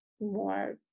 more